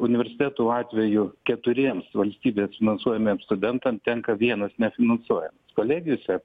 universitetų atveju keturiems valstybės finansuojamiems studentams tenka vienas nefinansuojam kolegijose